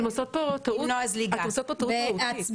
אתן עושות כאן טעות מהותית.